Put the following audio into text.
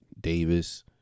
Davis